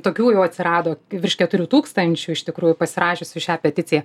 tokių jau atsirado virš keturių tūkstančių iš tikrųjų pasirašiusių šią peticiją